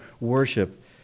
worship